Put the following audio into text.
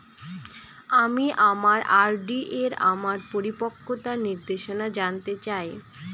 আমি আমার আর.ডি এর আমার পরিপক্কতার নির্দেশনা জানতে চাই